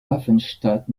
hafenstadt